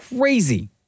Crazy